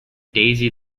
daisy